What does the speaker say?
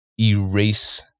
erase